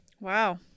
Wow